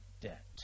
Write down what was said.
debt